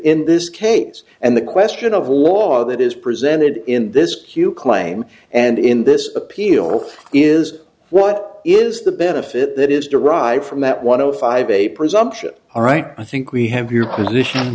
in this case and the question of law that is presented in this q claim and in this appeal is what is the benefit that is derived from that one of five a presumption all right i think we have your position